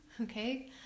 okay